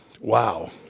Wow